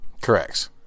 Correct